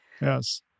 Yes